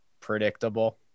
predictable